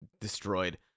destroyed